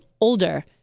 older